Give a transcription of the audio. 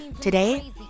Today